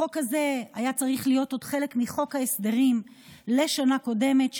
החוק הזה היה צריך להיות חלק מחוק ההסדרים לשנה הקודמת,